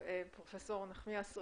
פרופ' נחמיאס,